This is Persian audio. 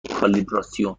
کالیبراسیون